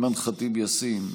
אימאן ח'טיב יאסין,